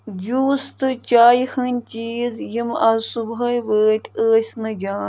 juice تہٕ چایہِ ہٕنٛدۍ چیٖز یِم آز صُبحٲے وٲتۍ ٲسۍ نہٕ جان